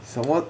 so what